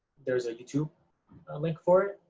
there's a youtube link for it.